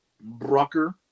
Brucker